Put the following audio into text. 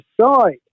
side